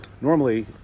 normally